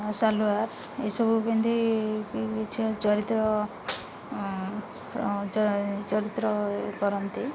ସାଲୱାର୍ ଏସବୁ ପିନ୍ଧିକି କିଛି ଚରିତ୍ର ଚରିତ୍ର କରନ୍ତି